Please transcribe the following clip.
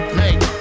make